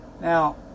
Now